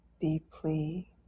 deeply